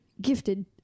gifted